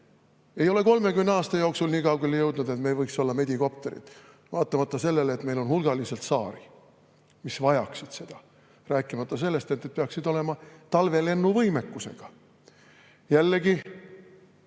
ei ole 30 aasta jooksul nii kaugele jõudnud, et meil võiks olla medikopterid, vaatamata sellele, et meil on hulgaliselt saari, mis vajaksid seda. Rääkimata sellest, et need peaksid olema talvelennuvõimekusega. Jällegi,